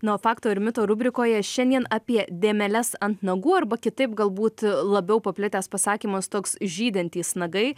na o fakto ir mito rubrikoje šiandien apie dėmeles ant nagų arba kitaip galbūt labiau paplitęs pasakymas toks žydintys nagai